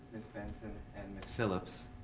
ms. benson, and miss. phillips.